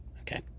okay